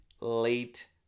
late